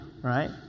right